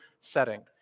setting